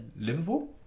Liverpool